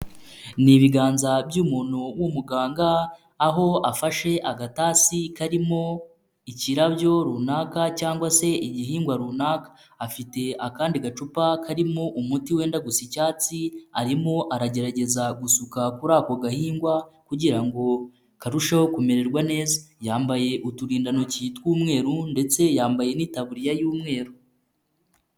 Ni ibiganza by'umuntu w'umuganga aho afashe agatasi karimo ikirabyo runaka cyangwa se igihingwa runaka, afite akandi gacupa karimo umuti wenda gusa icyatsi arimo aragerageza gusuka kuri ako gahingwa kugira ngo karusheho kumererwa neza, yambaye uturindantoki tw'umweru ndetse yambaye n'itaburiya y'umweru.